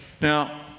now